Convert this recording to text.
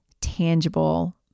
tangible